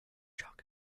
chalk